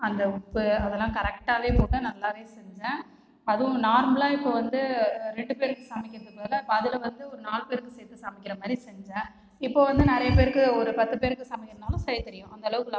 அந்த உப்பு அதல்லாம் கரெக்டாகவே போட்டேன் நல்லா செஞ்சேன் அதுவும் நார்மலாக இப்போது வந்து ரெண்டு பேருக்கு சமைக்கிறதுக்கு பதிலா இப்போ அதில் வந்து ஒரு நாலு பேருக்கு சேர்த்து சமைக்கிற மாரி செஞ்சேன் இப்போது வந்து நிறைய பேருக்கு ஒரு பத்து பேருக்கு சமைக்கிறதுனாலும் செய்ய தெரியும் அந்த அளவுக்கு